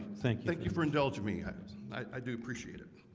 thank thank you for indulging me i ah i do appreciate it